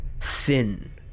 thin